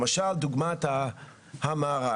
למשל דוגמת המארג.